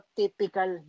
typical